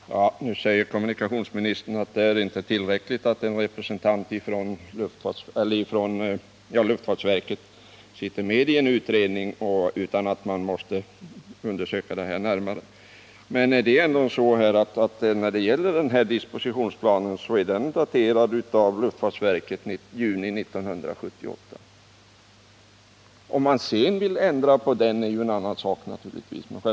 Herr talman! Nu säger kommunikationsministern att det inte är tillräckligt att en representant från luftfartsverket sitter med i en utredning utan att man måste undersöka den här saken närmare. Men det är ändå så att dispositionsplanen är daterad av luftfartsverket i juni 1978. Vill man sedan ändra på den, är det naturligtvis en annan sak.